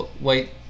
wait